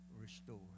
restore